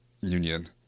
union